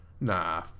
Nah